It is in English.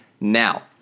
now